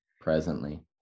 presently